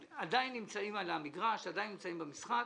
שעדיין נמצאים על המגרש, עדיין נמצאים במשחק.